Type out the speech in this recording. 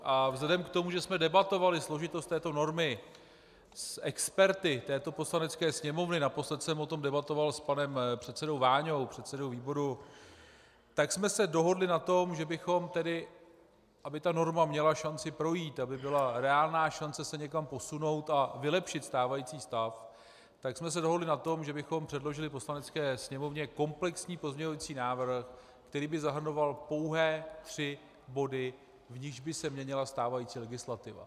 A vzhledem k tomu, že jsme debatovali složitost této normy s experty této Poslanecké sněmovny, naposled jsem o tom debatoval s panem předsedou Váňou, předsedou výboru, tak jsme se dohodli na tom, že bychom tedy, aby norma měla šanci projít, aby byla reálná šance se někam posunout a vylepšit stávající stav, předložili Poslanecké sněmovně komplexní pozměňovací návrh, který by zahrnoval pouhé tři body, v nichž by se měnila stávající legislativa.